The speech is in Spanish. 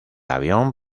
avión